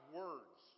words